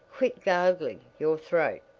quit gargling your throat,